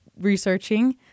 researching